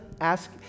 ask